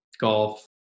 golf